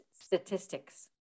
statistics